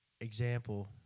example